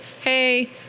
Hey